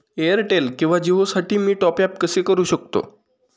Airtel किंवा जिओसाठी मी टॉप ॲप कसे करु शकतो?